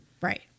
Right